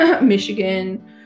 Michigan